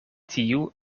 tiu